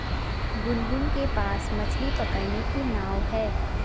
गुनगुन के पास मछ्ली पकड़ने की नाव है